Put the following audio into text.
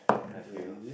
I feel